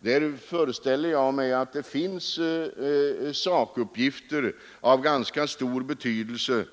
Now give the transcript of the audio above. Jag föreställer mig att det där finns sakuppgifter som är av ganska stor betydelse